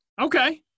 Okay